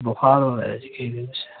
بُخار ہو رہا ہے جی ایک دِن سے